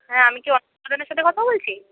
হ্যাঁ আমি কি সাথে কথা বলছি